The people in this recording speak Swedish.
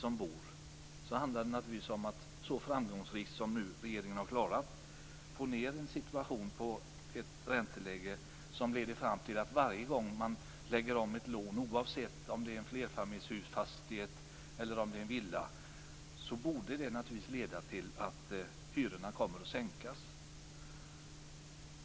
Regeringen har nu framgångsrikt klarat att få ned ränteläget, vilket borde leda till att varje gång som man lägger om ett lån, oavsett om det rör sig om flerfamiljsfastighet eller en villa, så borde hyrorna sänkas.